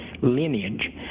lineage